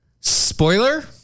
spoiler